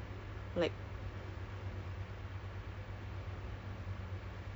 I_T projects so basically uh kalau ada apa apa